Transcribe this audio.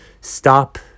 stop